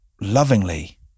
lovingly